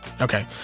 Okay